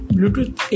Bluetooth